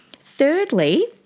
Thirdly